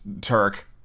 turk